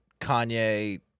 Kanye